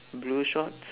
blue shorts